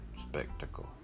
spectacle